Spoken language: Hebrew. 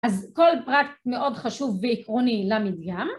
‫אז כל פרט מאוד חשוב ועקרוני למדגם.